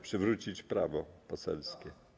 Przywrócić prawo poselskie.